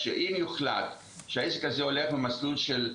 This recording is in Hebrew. שתי מכללות שיכולות להגיש אותנו למל"ג.